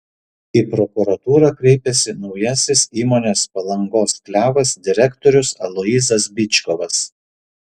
į prokuratūrą kreipėsi naujasis įmonės palangos klevas direktorius aloyzas byčkovas